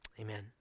Amen